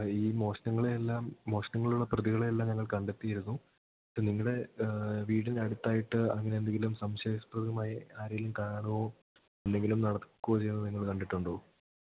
ഈ മോഷ്ണങ്ങളെ എല്ലാം മോഷ്ണങ്ങളുള്ള പ്രതികളെ എല്ലാം ഞങ്ങൾ കണ്ടെത്തിയിരുന്നു ഇപ്പം നിങ്ങളുടെ വീടിനടുത്തായിട്ട് അങ്ങനെ എന്തെങ്കിലും സംശയാസ്പദമായി ആരേലും കാണുകയോ എന്തെങ്കിലും നടക്കുകയോ ചെയ്യുന്നത് നിങ്ങൾ കണ്ടിട്ടുണ്ടോ